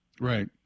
Right